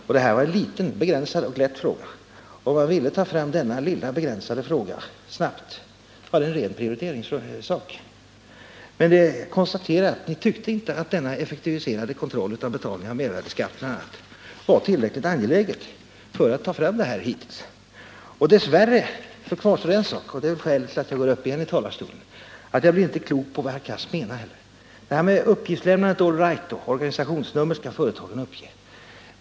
Men det här var en liten, lätt och begränsad fråga, och om ni hade velat kunde ni ha prioriterat denna lilla, lätta och begränsade fråga. Jag konstaterar nu att ni hittills inte har tyckt att frågan om effektiviserad kontroll av bl.a. betalning av mervärdeskatt har varit tillräckligt angelägen. Men dess värre kvarstår en sak, och det är anledningen till att jag återigen går upp i talarstolen: Jag blir inte klok på vad herr Cars menar. Han säger någonting om att det här med uppgiftslämnandet, det är all right. Och organisationsnummer skall företagen uppge.